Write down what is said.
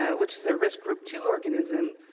ah which is a risk group two organism.